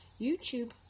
YouTube